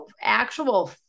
actual